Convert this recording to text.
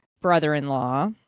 brother-in-law